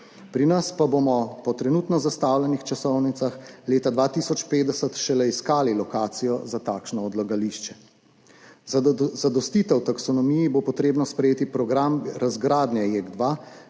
Pri nas pa bomo po trenutno zastavljenih časovnicah leta 2050 šele iskali lokacijo za takšno odlagališče. Za zadostitev taksonomiji bo treba sprejeti program razgradnje JEK2